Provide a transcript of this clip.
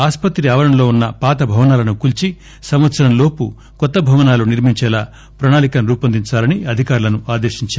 ఆసుపత్రి ఆవరణలో ఉన్న పాత భవనాలను కూల్సి సంవత్సరం లోపు క్రొత్త భవనాలు నిర్మించేలా ప్రణాలికలు రూపొందించాలని అధికారులను ఆదేశించారు